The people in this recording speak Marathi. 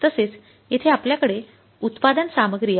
तसेच येथे आपल्याकडे उत्पादन सामग्री आहे